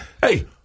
hey